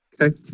Okay